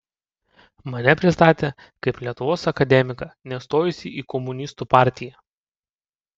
mane pristatė kaip lietuvos akademiką nestojusį į komunistų partiją